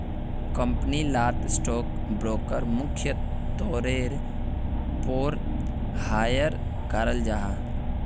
company लात stock broker मुख्य तौरेर पोर हायर कराल जाहा